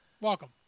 Welcome